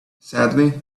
sadly